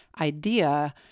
idea